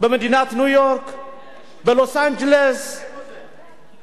במדינת ניו-יורק, בלוס-אנג'לס, איפה זה?